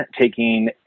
taking